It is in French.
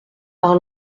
par